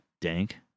Dank